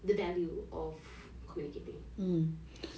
the value of communicating